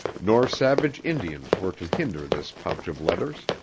nor savage indians were to hinder this pouch of letters.